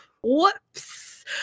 Whoops